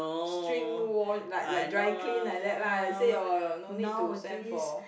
like like dry clean like that lah say your your no need to send for